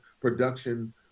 production